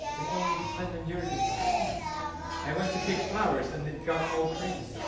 if only spendin uragan conceived i went to pick flowers and it got all crazy